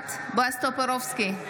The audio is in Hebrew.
נוכחת בועז טופורובסקי,